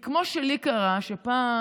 פעם,